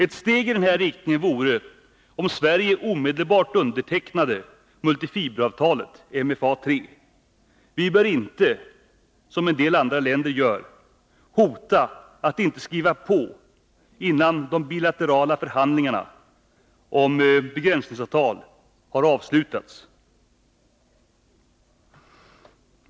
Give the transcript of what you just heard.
Ett steg i rätt riktning vore om Sverige omedelbart undertecknade multifiberavtalet MFA III. Vi bör inte, som en del andra länder gör, hota med att inte skriva på innan de bilaterala förhandlingarna om begränsningsavtal har avslutats.